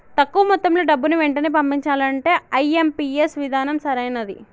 తక్కువ మొత్తంలో డబ్బుని వెంటనే పంపించాలంటే ఐ.ఎం.పీ.ఎస్ విధానం సరైనది